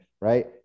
right